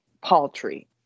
paltry